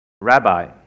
Rabbi